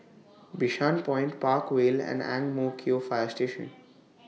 Bishan Point Park Vale and Ang Mo Kio Fire Station